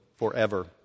Forever